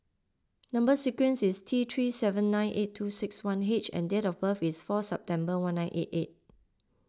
Number Sequence is T three seven nine eight two six one H and date of birth is four September one nine eight eight